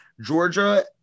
Georgia